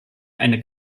eine